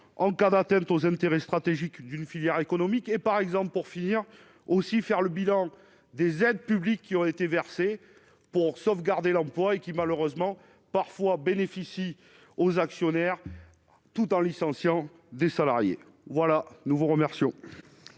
en cas d'atteinte aux intérêts stratégiques d'une filière économique et, par exemple, pour finir aussi faire le bilan des aides publiques qui auraient été versés pour sauvegarder l'emploi et qui malheureusement parfois bénéficie aux actionnaires tout en licenciant des salariés : voilà, nous vous remercions.